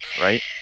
right